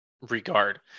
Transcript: regard